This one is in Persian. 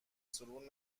سورون